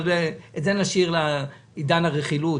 אבל את זה נשאיר לעידן הרכילות,